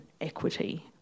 equity